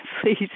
please